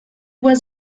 was